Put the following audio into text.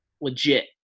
legit